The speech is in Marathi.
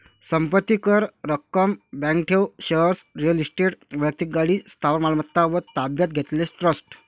संपत्ती कर, रक्कम, बँक ठेव, शेअर्स, रिअल इस्टेट, वैक्तिक गाडी, स्थावर मालमत्ता व ताब्यात घेतलेले ट्रस्ट